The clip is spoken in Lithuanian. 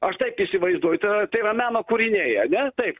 aš taip įsivaizduoju tai yra tai yra meno kūriniai ane taip